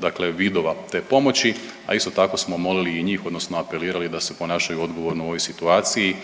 dakle vidova te pomoći. A isto tako smo molili i njih odnosno apelirali da se ponašaju odgovorno u ovoj situaciji